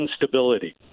instability